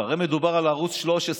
הרי מדובר על ערוץ 13,